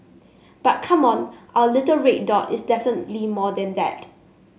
but come on our little red dot is definitely more than that